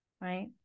right